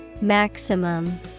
Maximum